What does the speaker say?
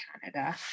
Canada